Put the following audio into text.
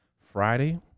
Friday